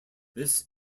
this